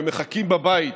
שמחכים בבית,